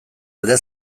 alde